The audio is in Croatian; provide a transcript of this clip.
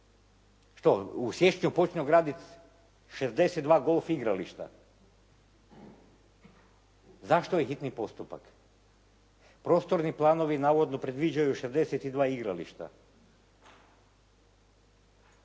Što, u siječnju počinju graditi 62 golf igrališta? Zašto je hitni postupak? Prostorni planovi navodno predviđaju 62 igrališta.